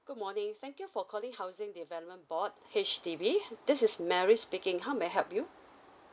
good morning thank you for calling housing development board H_D_B this is mary speaking how may I help you